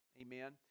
amen